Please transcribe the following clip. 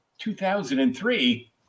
2003